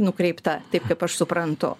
nukreipta taip kaip aš suprantu